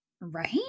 Right